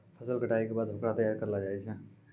फसल कटाई के बाद होकरा तैयार करलो जाय छै